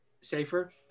safer